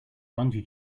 bungee